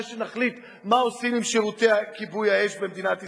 שנחליט מה עושים עם שירותי כיבוי האש במדינת ישראל.